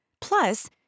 Plus